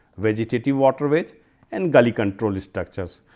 vegetative waterways and gully control structures.